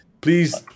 please